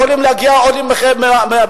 יכולים להגיע עולים מארצות-הברית,